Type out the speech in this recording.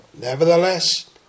Nevertheless